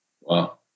Wow